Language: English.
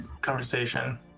conversation